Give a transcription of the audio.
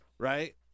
Right